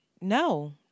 no